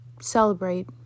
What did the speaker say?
celebrate